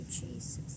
Jesus